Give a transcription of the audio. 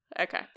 okay